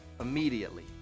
immediately